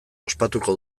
ospatuko